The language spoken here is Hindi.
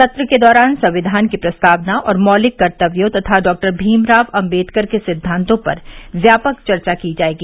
सत्र के दौरान संविधान की प्रस्तावना और मौलिक कर्तव्यों तथा डॉक्टर भीमराव आम्बेडकर के सिद्वांतों पर व्यापक चर्चा की जाएगी